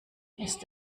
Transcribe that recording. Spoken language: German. ist